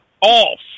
off